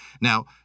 Now